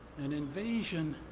an invasion,